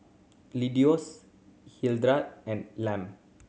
Leonidas Hildred and Lem